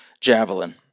javelin